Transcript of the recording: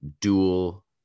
dual